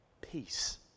peace